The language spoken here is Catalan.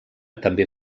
també